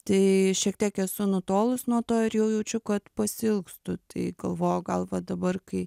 tai šiek tiek esu nutolus nuo to ir jau jaučiu kad pasiilgstu tai galvoju gal va dabar kai